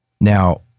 Now